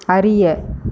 அறிய